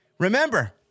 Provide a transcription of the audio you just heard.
Remember